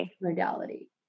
modality